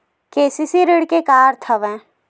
KCC ऋण के का अर्थ हवय?